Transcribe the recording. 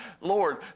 Lord